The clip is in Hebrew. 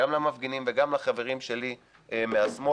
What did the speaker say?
גם למפגינים וגם לחברים שלי מהשמאל,